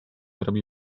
robi